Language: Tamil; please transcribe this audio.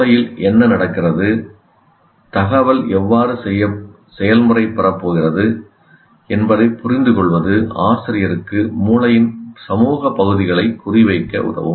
மூளையில் என்ன நடக்கிறது தகவல் எவ்வாறு செயல்முறை பெறப் போகிறது என்பதைப் புரிந்துகொள்வது ஆசிரியருக்கு மூளையின் சமூக பகுதிகளை குறிவைக்க உதவும்